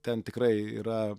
ten tikrai yra